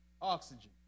Oxygen